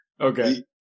Okay